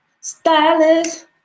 Stylist